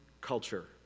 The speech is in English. culture